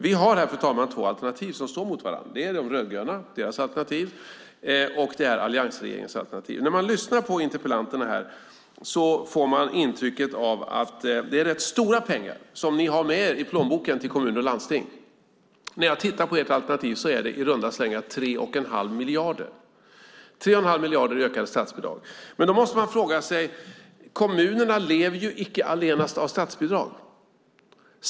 Vi har här, fru talman, två alternativ som står mot varandra: De rödgrönas alternativ och alliansregeringens alternativ. När man lyssnar på interpellanterna får man intrycket att ni har rätt stora pengar till kommuner och landsting med er i plånboken. När jag tittar på ert alternativ ser jag att det i runda slängar är 3,5 miljarder i ökade statsbidrag. Men kommunerna lever ju icke allenast av statsbidrag.